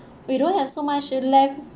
we don't have so much left